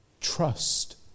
Trust